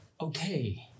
okay